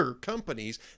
companies